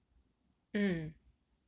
mm